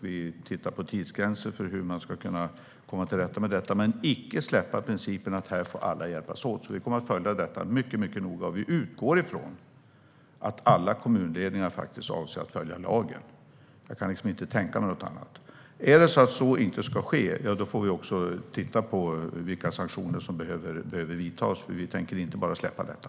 Vi tittar på tidsgränser för att komma till rätta med detta, men vi kommer inte att släppa principen att alla får hjälpas åt. Vi kommer att följa detta mycket noga, och vi utgår från att alla kommunledningar faktiskt avser att följa lagen. Jag kan inte tänka mig något annat. Om så inte sker får vi titta på vilka sanktioner som behöver sättas in, för vi tänker inte bara släppa detta.